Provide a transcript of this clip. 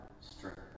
strength